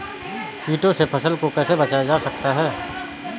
कीटों से फसल को कैसे बचाया जा सकता है?